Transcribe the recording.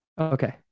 Okay